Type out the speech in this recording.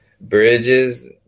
bridges